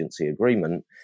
agreement